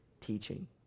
teaching